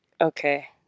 okay